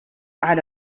على